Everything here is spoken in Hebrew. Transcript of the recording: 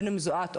בין אם זו את,